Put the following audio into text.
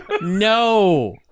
no